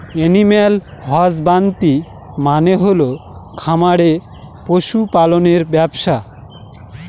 animal husbandry মানে হল খামারে পশু পালনের ব্যবসা